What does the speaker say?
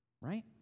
right